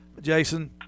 Jason